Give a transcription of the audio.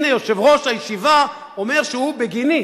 הנה, יושב-ראש הישיבה אומר שהוא בגיניסט,